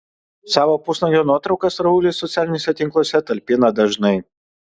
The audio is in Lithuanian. savo pusnuogio nuotraukas raulis socialiniuose tinkluose talpina dažnai